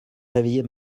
réveiller